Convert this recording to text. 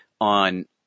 on